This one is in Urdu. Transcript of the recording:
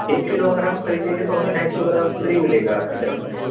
ایک کلو اگر ہم خریدیں گے تو ہمیں ڈھائی سو گرام فری مِلے گا آپ کی طرف سے